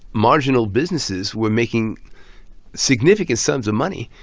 marginal businesses were making significant sums of money.